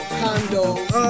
condos